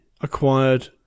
acquired